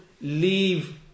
leave